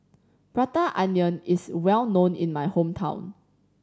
Prata Onion is well known in my hometown